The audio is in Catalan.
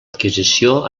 adquisició